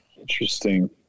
Interesting